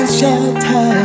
shelter